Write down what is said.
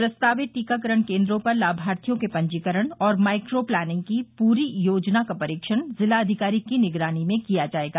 प्रस्तावित टीकाकरण केन्द्रों पर लाभार्थियों के पंजीकरण और माइक्रोप्लानिंग की पूरी योजना का परीक्षण जिलाधिकारी की निगरानी में किया जायेगा